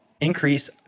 increase